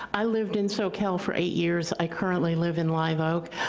i lived in soquel for eight years, i currently live in live oak.